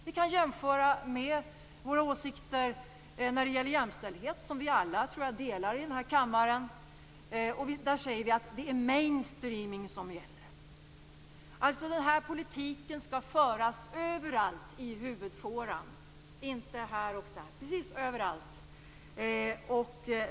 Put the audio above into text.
Vi kan jämföra med våra åsikter om jämställdhet, som jag tror att vi alla här i kammaren delar. Där säger vi att det är mainstreaming som gäller. Den politiken skall alltså föras i huvudfåran överallt, inte här och där.